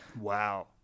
Wow